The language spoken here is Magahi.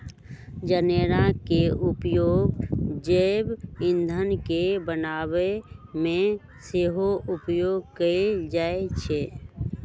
जनेरा के उपयोग जैव ईंधन के बनाबे में सेहो उपयोग कएल जाइ छइ